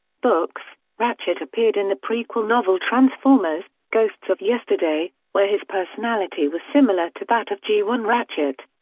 books ratchet appeared in the prequel novel transformers ghosts of yesterday, where his personality was similar to that of g one ratchet.